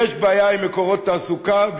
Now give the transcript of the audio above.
יש בעיה עם מקורות תעסוקה,